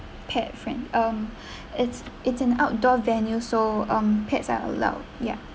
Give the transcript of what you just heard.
pet friend um it's it's an outdoor venue so um pets are allowed ya